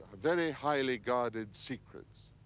very highly guarded secrets.